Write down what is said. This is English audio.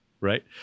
right